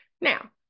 Now